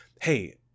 hey